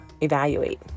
evaluate